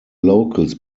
locals